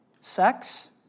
Sex